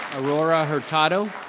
aurora hurtado.